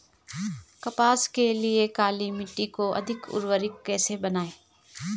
कपास के लिए काली मिट्टी को अधिक उर्वरक कैसे बनायें?